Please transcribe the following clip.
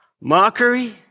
mockery